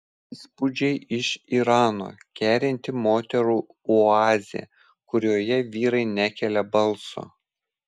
įspūdžiai iš irano kerinti moterų oazė kurioje vyrai nekelia balso